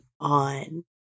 on